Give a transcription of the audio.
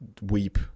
weep